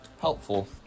helpful